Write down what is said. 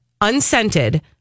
unscented